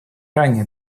ранее